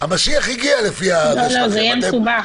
המשיח הגיע לפי --- לא, זה יהיה מסובך.